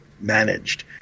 managed